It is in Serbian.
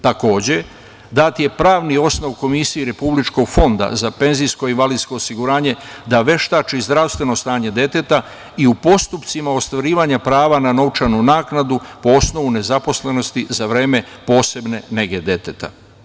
Takođe, dat je pravni osnov Komisiji Republičkog fonda za PIO da veštači zdravstveno stanje deteta i u postupcima ostvarivanja prava na novčanu naknadu po osnovu nezaposlenosti za vreme posebne nege deteta.